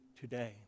today